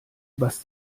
was